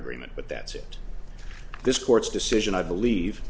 remit but that's it this court's decision i believe